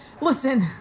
Listen